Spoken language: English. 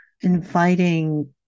inviting